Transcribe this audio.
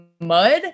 mud